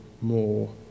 more